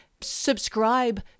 subscribe